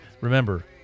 remember